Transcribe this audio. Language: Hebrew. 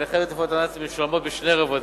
הקצבאות לנכי רדיפות הנאצים משולמות בשני רבדים.